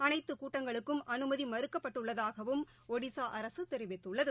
அனைத்துகூட்டங்களுக்கும் அனுமதிமறுக்கப்பட்டுள்ளதாகவும் ஒடிஸாஅரசுதெரிவித்துள்ளது